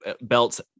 belts